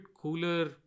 cooler